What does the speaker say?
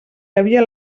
havia